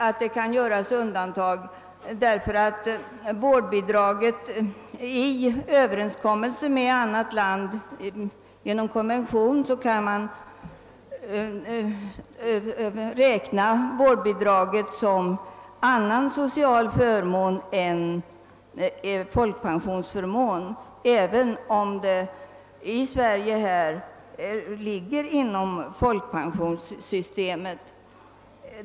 Genom överenskommelse med annat land med vilket vi har en konvention kan man räkna vårdbidraget som annan social förmån än folkpensionsförmån, även om detta bidrag i Sverige ligger inom folkpensionssystemet.